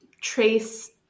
trace